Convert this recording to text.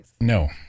No